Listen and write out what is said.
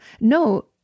no